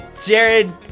jared